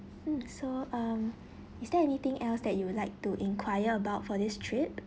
mm so um is there anything else that you would like to enquire about for this trip